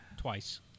twice